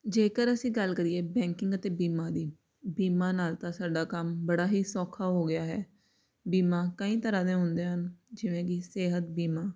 ਜੇਕਰ ਅਸੀਂ ਗੱਲ ਕਰੀਏ ਬੈਂਕਿੰਗ ਅਤੇ ਬੀਮਾ ਦੀ ਬੀਮਾ ਨਾਲ ਤਾਂ ਸਾਡਾ ਕੰਮ ਬੜਾ ਹੀ ਸੌਖਾ ਹੋ ਗਿਆ ਹੈ ਬੀਮਾ ਕਈ ਤਰ੍ਹਾਂ ਦੇ ਹੁੰਦੇ ਹਨ ਜਿਵੇਂ ਕਿ ਸਿਹਤ ਬੀਮਾ